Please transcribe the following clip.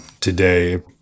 today